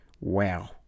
Wow